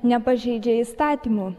nepažeidžia įstatymų